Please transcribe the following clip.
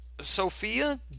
Sophia